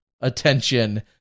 attention